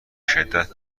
شدت